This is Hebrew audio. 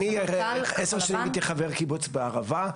אני הייתי עשר שנים חבר קיבוץ בערבה.